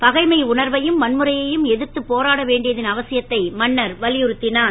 பகைமை உணர்வையும் வன்முறையையும் எதிர்த்து போராட வேண்டியதன் அவசியத்தை அரசர் வலியுறுத்தினார்